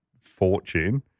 fortune